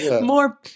More